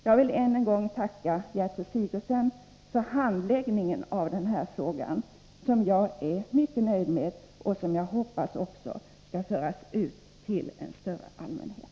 Jag vill än en gång tacka Gertrud Sigurdsen för det sätt på vilket hon har handlagt denna fråga. Jag är mycket nöjd med handläggningen, och jag hoppas att detta skall föras ut till en större allmänhet.